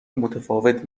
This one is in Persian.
متفاوت